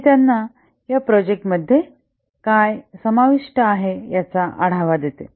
हे त्यांना या प्रोजेक्ट मध्ये काय समाविष्ट आहे याचा आढावा देते